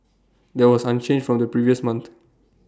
that was unchanged from the previous month